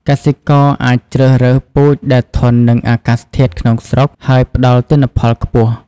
កសិករអាចជ្រើសរើសពូជដែលធន់នឹងអាកាសធាតុក្នុងស្រុក ហើយផ្តល់ទិន្នផលខ្ពស់។